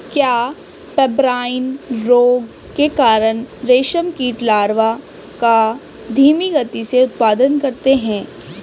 क्या पेब्राइन रोग के कारण रेशम कीट लार्वा का धीमी गति से उत्पादन करते हैं?